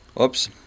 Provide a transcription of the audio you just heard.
Oops